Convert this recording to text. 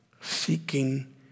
Seeking